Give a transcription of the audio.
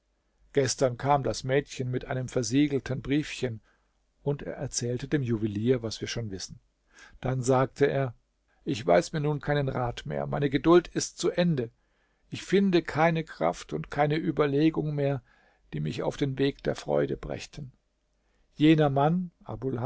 gestern kam das mädchen mit einem versiegelten briefchen und er erzählte dem juwelier was wir schon wissen dann sage er ich weiß mir nun keinen rat mehr meine geduld ist zu ende ich finde keine kraft und keine überlegung mehr die mich auf den weg der freude brächten jener mann